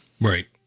Right